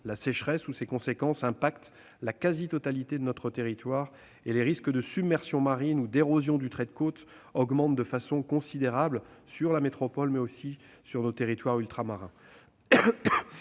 La sécheresse ou ses conséquences touchent la quasi-totalité de notre territoire, et les risques de submersions marines ou d'érosion du trait de côte augmentent de façon considérable en métropole, mais aussi dans les territoires ultramarins.